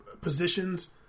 positions